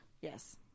Yes